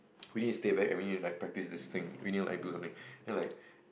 Winny stayed back and we never practice this thing Winny like do something then like